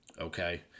Okay